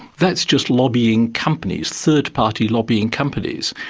that's just lobbying companies, third party lobbying companies,